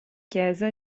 chiesa